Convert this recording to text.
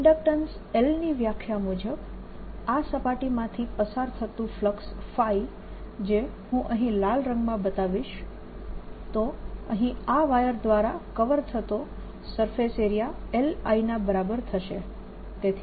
inductance L ની વ્યાખ્યા મુજબ આ સપાટી માંથી પસાર થતું ફ્લક્સ જે હું અહીં લાલ રંગમાં બતાવીશ તો અહીં આ વાયર દ્વારા કવર થતો સરફેસ એરિયા LI ના બરાબર થશે